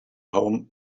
home